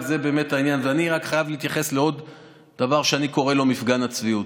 אני רוצה לראות מי מסוגל ביהודה ושומרון להפריד את האוכלוסיות,